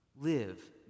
live